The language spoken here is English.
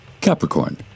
Capricorn